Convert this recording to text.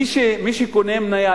מי שקונה מניה,